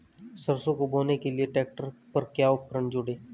सरसों को बोने के लिये ट्रैक्टर पर क्या उपकरण जोड़ें?